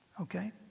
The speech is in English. Okay